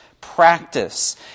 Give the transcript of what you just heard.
practice